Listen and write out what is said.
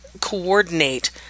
coordinate